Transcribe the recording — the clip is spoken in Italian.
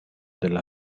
della